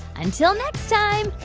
until next time,